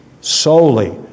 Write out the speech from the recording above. solely